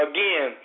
Again